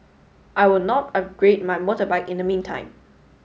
I will not upgrade my motorbike in the meantime